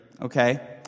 okay